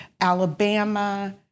Alabama